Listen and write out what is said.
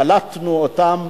קלטנו אותם,